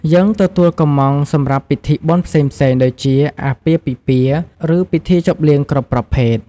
យើងទទួលកម្ម៉ង់សម្រាប់ពិធីបុណ្យផ្សេងៗ ដូចជា អាពាហ៍ពិពាហ៍ ឬពិធីជប់លៀងគ្រប់ប្រភេទ។